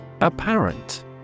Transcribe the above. Apparent